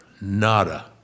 Nada